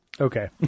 Okay